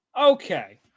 Okay